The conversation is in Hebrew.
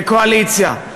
כקואליציה,